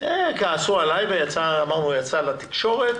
כעסו עלי וזה יצא לתקשורת.